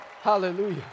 Hallelujah